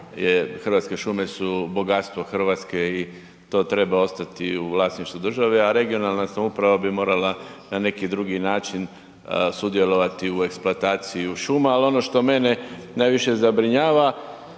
Hrvatske šume su bogatstvo Hrvatske i to treba ostati u vlasništvu države a regionalna samouprava bi morala na neki drugi način sudjelovati u eksploataciji šuma ali ono što mene najviše zabrinjava